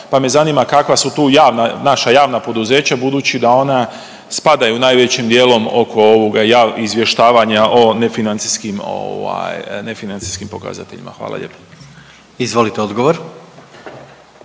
pa me zanima kakva su tu javna naša javna poduzeća budući da ona spadaju najvećim dijelom oko ovoga izvještavanja o nefinancijskim pokazateljima. Hvala lijepo. **Jandroković,